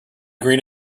green